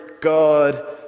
God